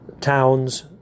towns